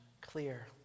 clear